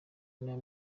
n’aya